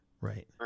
Right